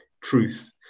truth